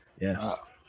Yes